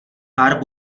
pár